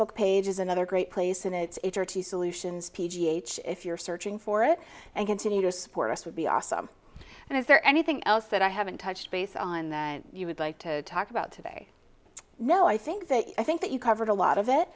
facebook page is another great place in its entirety solutions ph if you're searching for it and continue to support us would be awesome and if there anything else that i haven't touched base on you would like to talk about today no i think that i think that you covered a lot of it